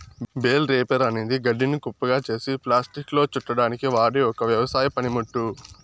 bale wrapper అనేది గడ్డిని కుప్పగా చేసి ప్లాస్టిక్లో చుట్టడానికి వాడె ఒక వ్యవసాయ పనిముట్టు